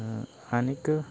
आनीक